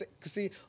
see